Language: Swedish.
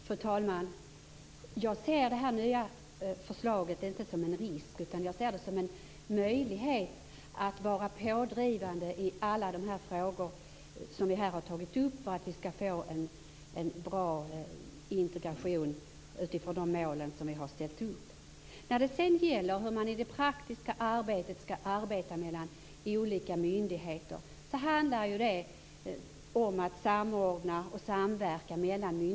Fru talman! Jag ser inte det nya förslaget som en risk utan som en möjlighet att vara pådrivande i alla de frågor som vi här har tagit upp för att vi skall få en bra integration utifrån de mål som vi har ställt upp. Hur olika myndigheter skall arbeta praktiskt med varandra handlar ju om hur man samordnar och samverkar.